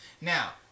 Now